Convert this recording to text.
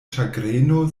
ĉagreno